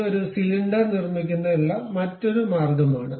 ഇത് ഒരു സിലിണ്ടർ നിർമ്മിക്കുന്നതിനുള്ള മറ്റൊരു മാർഗമാണ്